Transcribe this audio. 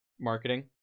marketing